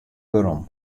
werom